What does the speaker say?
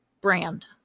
brand